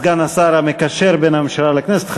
סגן השר המקשר בין הממשלה לכנסת,